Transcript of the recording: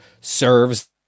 serves